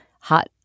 hot